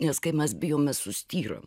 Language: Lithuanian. nes kai mes bijom mes sustyram